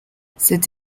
cette